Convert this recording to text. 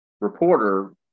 reporter